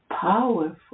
powerful